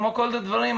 כמו כל הדברים,